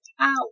out